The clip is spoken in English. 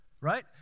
right